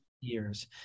years